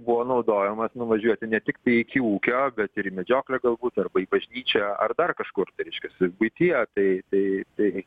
buvo naudojamas nuvažiuoti ne tiktai iki ūkio bet ir į medžioklę galbūt arba į bažnyčią ar dar kažkur tai reiškias buityje tai tai tai